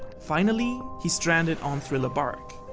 finally, he stranded on thriller bark.